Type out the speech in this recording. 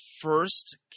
first